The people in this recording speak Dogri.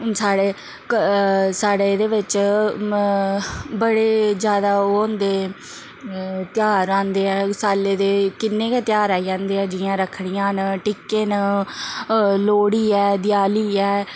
हून साढ़ै क साढ़ै एह्दे बिच्च च बड़े ज्यादा ओह् होंदे ध्यार आंदे ऐ सालै दे किन्ने गै ध्यार आई जंदे न जियां रक्खड़ियां न टिक्के न लोह्ड़ी ऐ देआली ऐ